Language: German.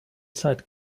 zeit